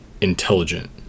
intelligent